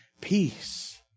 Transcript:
Peace